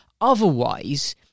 Otherwise